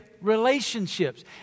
relationships